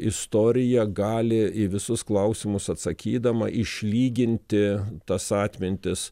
istorija gali į visus klausimus atsakydama išlyginti tas atmintis